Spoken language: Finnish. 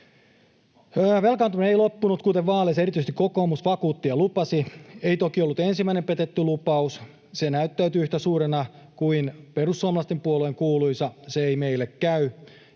Velkaantuminen ei loppunut, kuten vaaleissa erityisesti kokoomus vakuutti ja lupasi. Ei toki ollut ensimmäinen petetty lupaus. Se näyttäytyy yhtä suurena kuin perussuomalaisten puolueen kuuluisa ”se ei meille käy”: